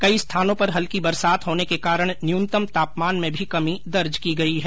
कई स्थानों पर हल्की बरसात होने के कारण न्यूनतम तापमान में भी कमी दर्ज की गई है